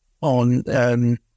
on –